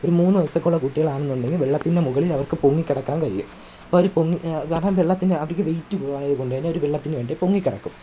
ഒരു മൂന്ന് വയസൊക്കെയുള്ള കുട്ടികളാണെ എന്നുണ്ടെങ്കിൽ വെള്ളത്തിൽ നിന്ന് മുകളിൽ അവര്ക്ക് പൊങ്ങി കിടക്കാന് കഴിയൽ അപ്പം അവർ പൊങ്ങി കാരണം വെള്ളത്തിന്റെ അവർക്ക് വേയ്റ്റ് കുറവായത് കൊണ്ട് തന്നെ അവർ വെള്ളത്തിന് വെണ്ട പൊങ്ങിക്കിടക്കും